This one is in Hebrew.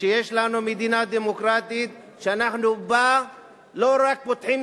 שיש לנו מדינה דמוקרטית שאנחנו בה לא רק פותחים